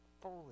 fully